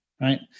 right